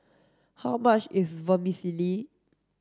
how much is Vermicelli